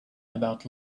about